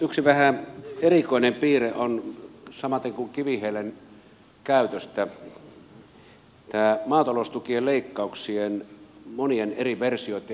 yksi vähän erikoinen piirre on samaten kuin kivihiilen käytön kohdalla tämä maataloustukien leikkauksien monien eri versioitten esittäminen